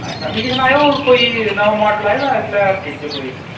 अच्छा मिगी सनाएओ कोई नमां माडल आए दा इसलै हट्टी च कोई